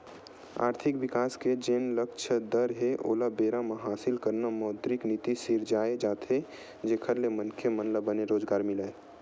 आरथिक बिकास के जेन लक्छ दर हे ओला बेरा म हासिल करना मौद्रिक नीति सिरजाये जाथे जेखर ले मनखे मन ल बने रोजगार मिलय